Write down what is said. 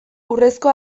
urrezko